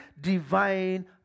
divine